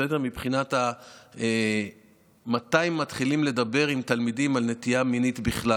מבחינת מתי מתחילים לדבר עם תלמידים על נטייה מינית בכלל.